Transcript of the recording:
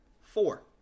four